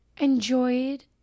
enjoyed